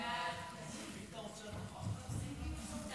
סעיפים 1